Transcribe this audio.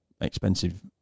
expensive